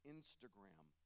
Instagram